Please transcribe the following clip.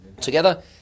together